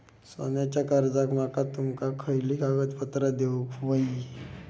सोन्याच्या कर्जाक माका तुमका खयली कागदपत्रा देऊक व्हयी?